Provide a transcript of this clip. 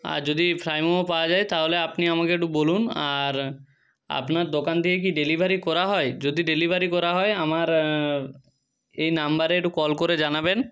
আর যদি ফ্রাই মোমো পাওয়া যায় তাহলে আপনি আমাকে একটু বলুন আর আপনার দোকান থেকে কি ডেলিভারি করা হয় যদি ডেলিভারি করা হয় আমার এই নম্বরে একটু কল করে জানাবেন